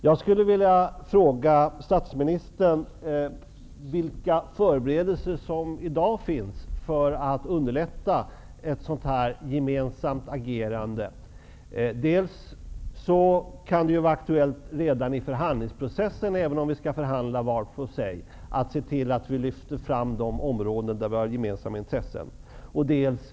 Jag skulle vilja fråga statsministern vilka förberedelser som i dag görs för att underlätta ett gemensamt agerande från de nordiska länderna. Det kan vara aktuellt redan i förhandlingsprocessen att se till att vi lyfter fram de områden där vi har gemensamma intressen, även om vi skall förhandla var för sig.